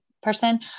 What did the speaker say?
person